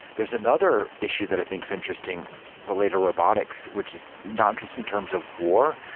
there's another issue that i think is interesting related robotics, which is not just in terms of war,